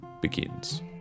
begins